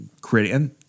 creating